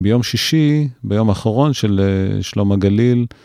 ביום שישי, ביום האחרון של שלום הגליל.